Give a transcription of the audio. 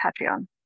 Patreon